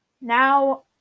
Now